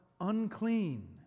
unclean